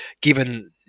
given